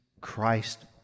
Christ